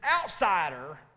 outsider